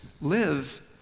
Live